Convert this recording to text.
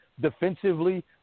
defensively